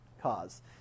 cause